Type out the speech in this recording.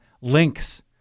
links